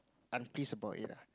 I'm pissed about it ah